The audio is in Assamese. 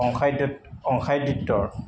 অংশাৰী অংশাৰীদিত্ত